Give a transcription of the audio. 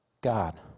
God